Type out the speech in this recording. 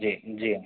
जी जी हाँ